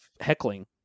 heckling